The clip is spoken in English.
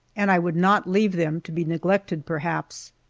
and i would not leave them to be neglected perhaps.